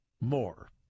More